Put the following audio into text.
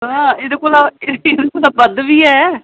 एह्दे कोला केइयें दा बद्ध बी ऐ